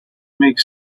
make